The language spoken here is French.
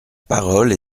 parole